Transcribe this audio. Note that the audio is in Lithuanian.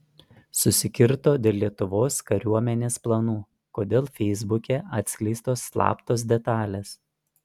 susikirto dėl lietuvos kariuomenės planų kodėl feisbuke atskleistos slaptos detalės